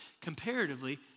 comparatively